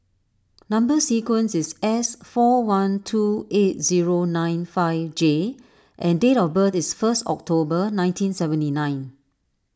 Number Sequence is S four one two eight zero nine five J and date of birth is first October nineteen seventy nine